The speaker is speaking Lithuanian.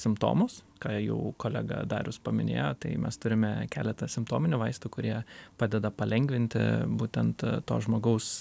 simptomus ką jau kolega darius paminėjo tai mes turime keletą simptominių vaistų kurie padeda palengvinti būtent to žmogaus